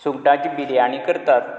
सुंगटांची बिर्याणी करतात